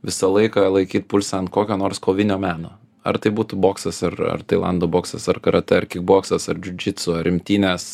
visą laiką laikyt pulsą ant kokio nors kovinio meno ar tai būtų boksas ar ar tailando boksas ar karatė ar kikboksas ar džiudžitsu ar imtynės